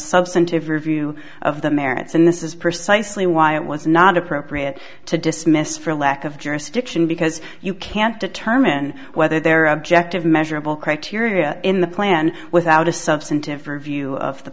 substantive review of the merits and this is precisely why it was not appropriate to dismissed for lack of jurisdiction because you can't determine whether there are objective measurable criteria in the plan without a substantive review of the